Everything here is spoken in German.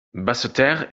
basseterre